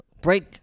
Break